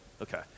Okay